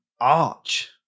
arch